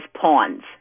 pawns